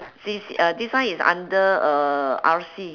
C_C uh this one is under uh R_C